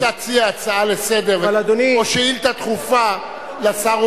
אם תציע הצעה לסדר-היום או שאילתא דחופה לשר,